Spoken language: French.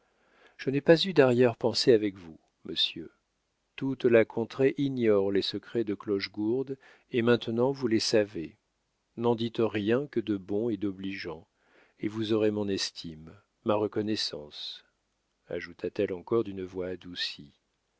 je n'ai pas eu darrière pensée avec vous monsieur toute la contrée ignore les secrets de clochegourde et maintenant vous les savez n'en dites rien que de bon et d'obligeant et vous aurez mon estime ma reconnaissance ajouta-t-elle encore d'une voix adoucie